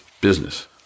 business